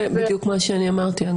זה בדיוק מה שאמרתי.